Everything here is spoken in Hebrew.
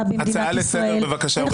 במדינת ישראל -- הצעה לסדר בבקשה אורית.